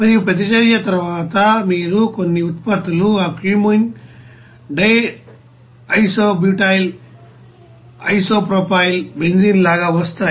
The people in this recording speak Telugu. మరియు ప్రతిచర్య తరువాత మీరు కొన్ని ఉత్పత్తులు ఆ cumene diisobutyl isopropyl benzene లాగా వస్తాయి